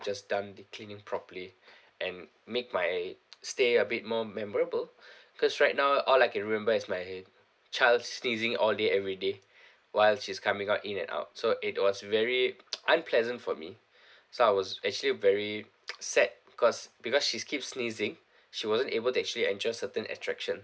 just done the cleaning properly and make my stay a bit more memorable cause right now all I can remember is my child's sneezing all day every day while she's coming out in and out so it was very unpleasant for me so I was actually very sad because because she's keep sneezing she wasn't able to actually enjoy certain attraction